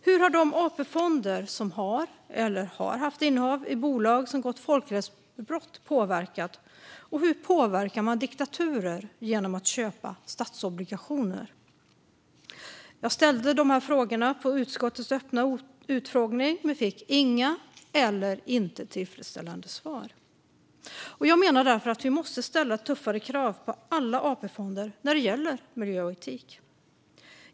Hur har de AP-fonder som har eller har haft innehav i bolag som begått folkrättsbrott påverkat, och hur påverkar man diktaturer genom att köpa statsobligationer? Jag ställde dessa frågor på utskottets öppna utfrågning men fick inga tillfredsställande svar. Jag menar att vi måste ställa tuffare krav på alla AP-fonder när det gäller miljö och etik.